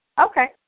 okay